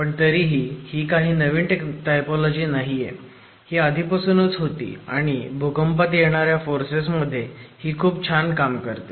पण तरीही ही काही नवीन टायपोलॉजी नाहीये ही आधिपासूनच होती आणि भूकंपात येणार्या फोर्सेस मध्ये ही खूप छान काम करते